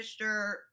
Mr